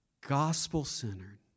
Gospel-centered